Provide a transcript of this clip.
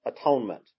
atonement